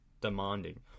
demanding